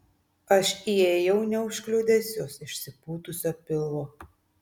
aš įėjau neužkliudęs jos išsipūtusio pilvo